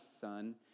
son